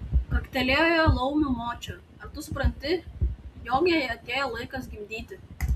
karktelėjo laumių močia ar tu supranti jog jai atėjo laikas gimdyti